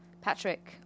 Patrick